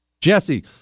Jesse